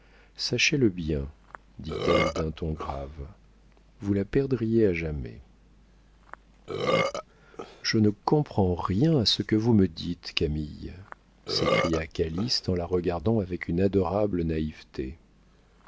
sachez-le bien dit-elle d'un ton grave vous la perdriez à jamais je ne comprends rien à ce que vous me dites camille s'écria calyste en la regardant avec une adorable naïveté